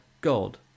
God